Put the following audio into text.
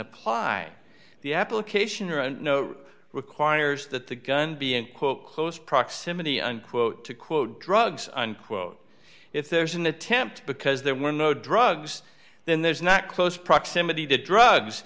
apply the application or a note requires that the gun be in quote close proximity unquote to quote drugs unquote if there's an attempt because there were no drugs then there's not close proximity to drugs